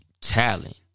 talent